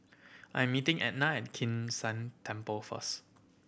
I'm meeting Etna at Kim San Temple first